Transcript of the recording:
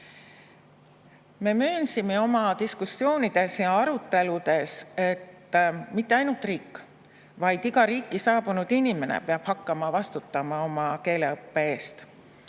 Me möönsime oma diskussioonides ja aruteludes, et mitte ainult riik, vaid iga riiki saabunud inimene peab hakkama vastutama oma keeleõppe eest.